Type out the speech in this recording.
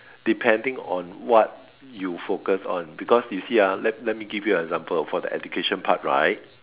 depending on what you focus on because you see ah let let me give you an example for the education part right